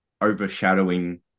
overshadowing